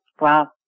Wow